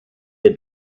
had